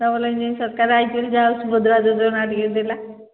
double engine ସରକାର ଆସିଛି ବୋଲି ଯାହାହେଉ ସୁଭଦ୍ରା ଯୋଜନା ଟିକେ ଦେଲା